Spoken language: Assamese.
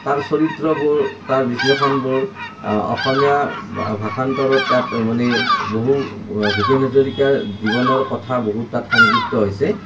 তাৰ চৰিত্ৰবোৰ তাৰ বিশ্লেষণবোৰ অসমীয়া ভাষান্তৰত তাত মানে বহু ভূপেন হাজৰিকাৰ জীৱনৰ কথা বহু তাত সংযুক্ত হৈছে